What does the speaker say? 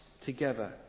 together